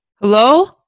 Hello